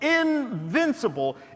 invincible